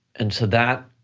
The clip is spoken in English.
and so that